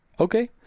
Okay